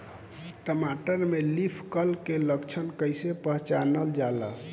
टमाटर में leaf curl के लक्षण कइसे पहचानल जाला?